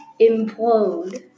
implode